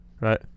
Right